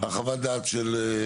חדר מחוזק לגבי זה שהמטראז' שלו